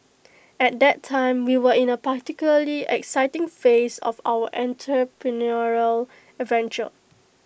at that time we were in A particularly exciting phase of our entrepreneurial adventure